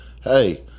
hey